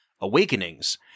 Awakenings